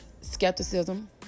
skepticism